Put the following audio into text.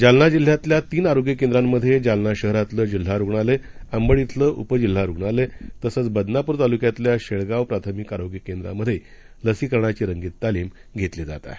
जालनाजिल्ह्यातल्यातीनआरोग्यकेंद्रांमध्ये जालनाशहरातलंजिल्हारुग्णालय अंबडइथलंउपजिल्हारुग्णालय तसंचबदनापूरतालुक्यातल्याशेळगावप्राथमिकआरोग्यकेंद्रामध्येलसीकरणाचीरंगीततालीमघेतलीजातआहे